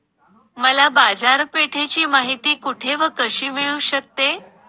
मला बाजारपेठेची माहिती कुठे व कशी मिळू शकते?